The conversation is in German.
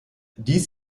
dies